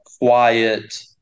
quiet